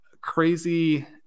crazy